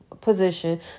position